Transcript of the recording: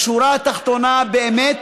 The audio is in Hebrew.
בשורה התחתונה באמת